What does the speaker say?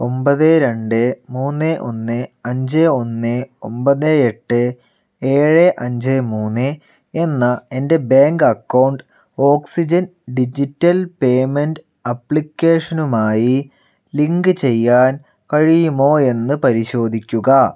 ഒൻപത് രണ്ട് മൂന്ന് ഒന്ന് അഞ്ച് ഒന്ന് ഒൻപത് എട്ട് ഏഴ് അഞ്ച് മൂന്ന് എന്ന എൻ്റെ bank account oxygen digital payment അപ്ലിക്കേഷനുമായി ലിങ്ക് ചെയ്യാൻ കഴിയുമോ എന്ന് പരിശോധിക്കുക